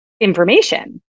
information